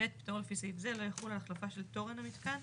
(ב) פטור לפי סעיף זה לא יחול על החלפה של תורן המיתקן